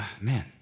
man